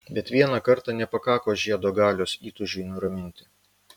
bet vieną kartą nepakako žiedo galios įtūžiui nuraminti